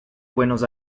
buenos